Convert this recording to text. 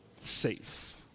safe